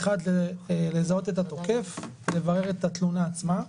אחת, לזהות את התוקף, לברר את התלונה עצמה.